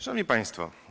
Szanowni Państwo!